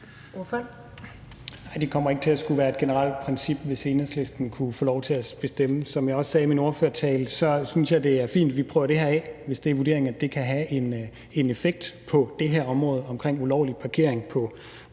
det kommer ikke til at skulle være et generelt princip, hvis Enhedslisten kunne få lov til at bestemme. Som jeg også sagde i min ordførertale, synes jeg, det er fint, at vi prøver det her af, hvis det er vurderingen, at det kan have en effekt på det her område omkring ulovlig parkering på